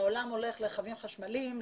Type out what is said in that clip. העולם הולך לרכבים חשמליים,